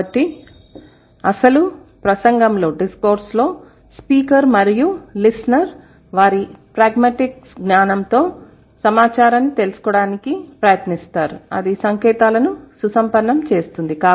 కాబట్టి అసలు ప్రసంగంలో స్పీకర్ మరియు లిసెనర్ వారి ప్రాగ్మాటిక్స్ జ్ఞానంతో సమాచారాన్ని తెలుసుకోవడానికి ప్రయత్నిస్తారు అది సంకేతాలను సుసంపన్నం చేస్తుంది